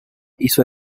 hizo